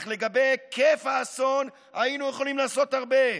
אך לגבי היקף האסון היינו יכולים לעשות הרבה,